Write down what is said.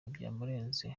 byamurenze